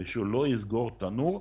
הוא לא יסגור את התנור.